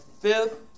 fifth